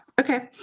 okay